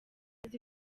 azi